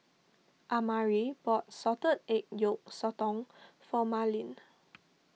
Amari bought Salted Egg Yolk Sotong for Marleen